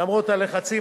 למרות הלחצים,